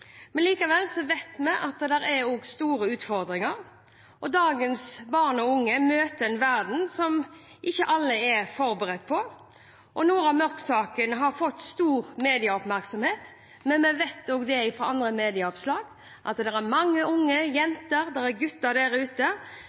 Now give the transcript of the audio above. Likevel vet vi at det også er store utfordringer, og dagens barn og unge møter en verden som ikke alle er forberedt på. Nora Mørk-saken har fått stor medieoppmerksomhet, og vi vet fra andre medieoppslag at det er mange unge der ute, jenter og gutter,